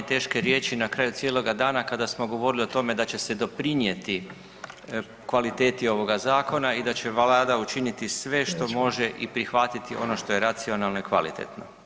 Teške riječi na kraju cijeloga dana kada smo govorili o tome da će se doprinijeti kvaliteti ovoga zakona i da će Vlada učiniti sve što može i prihvatiti ono što je racionalno i kvalitetno.